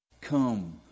Come